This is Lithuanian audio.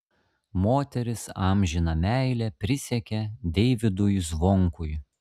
moteris amžiną meilę prisiekė deivydui zvonkui